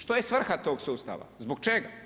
Što je svrha tog sustava, zbog čega?